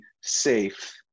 safe